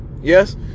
Yes